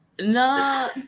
no